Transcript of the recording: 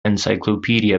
encyclopedia